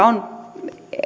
on